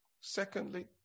Secondly